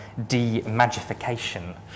demagification